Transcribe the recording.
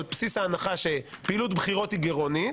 על בסיס ההנחה שפעילות בחירות היא גירעונית